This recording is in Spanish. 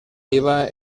iba